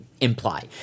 imply